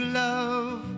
love